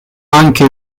anche